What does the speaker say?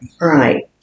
Right